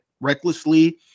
recklessly